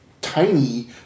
tiny